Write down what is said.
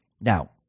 Now